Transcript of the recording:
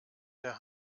der